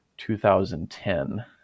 2010